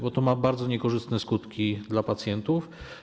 Bo to powoduje bardzo niekorzystne skutki dla pacjentów.